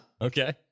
Okay